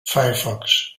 firefox